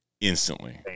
instantly